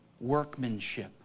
workmanship